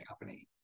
company